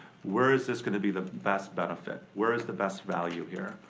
where's this gonna be the best benefit. where is the best value here?